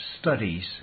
Studies